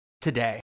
today